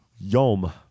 yom